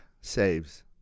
saves